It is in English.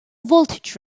voltage